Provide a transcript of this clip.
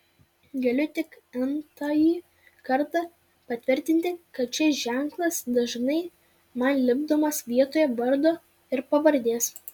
galiu tik n tąjį kartą patvirtinti kad šis ženklas dažnai man lipdomas vietoje vardo ir pavardės